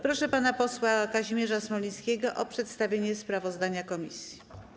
Proszę pana posła Kazimierza Smolińskiego o przedstawienie sprawozdania komisji.